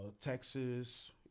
Texas